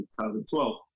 2012